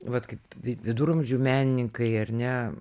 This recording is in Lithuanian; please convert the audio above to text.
vat kaip vi viduramžių menininkai ar ne